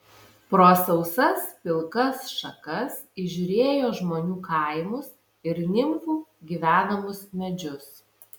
pro sausas pilkas šakas įžiūrėjo žmonių kaimus ir nimfų gyvenamus medžius